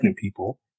people